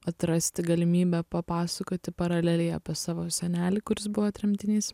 atrasti galimybę papasakoti paralelėje apie savo senelį kuris buvo tremtinys